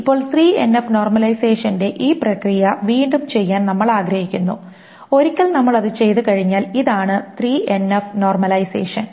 ഇപ്പോൾ 3NF നോർമലൈസേഷന്റെ ഈ പ്രക്രിയ വീണ്ടും ചെയ്യാൻ നമ്മൾ ആഗ്രഹിക്കുന്നു ഒരിക്കൽ നമ്മൾ അത് ചെയ്തുകഴിഞ്ഞാൽ ഇതാണ് 3NF നോർമലൈസേഷൻ